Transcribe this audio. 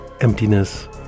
emptiness